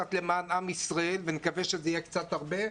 קצת למען עם ישראל ונקווה שזה יהיה קצת הרבה,